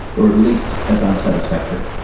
or at least as unsatisfactory,